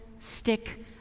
stick